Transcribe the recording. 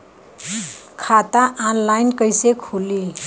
खाता ऑनलाइन कइसे खुली?